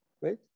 right